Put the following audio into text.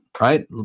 Right